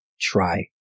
try